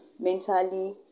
mentally